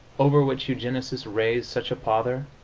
over which eugenists raise such a pother,